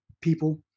people